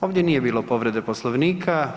Ovdje nije bilo povrede Poslovnika.